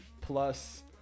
plus